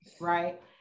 right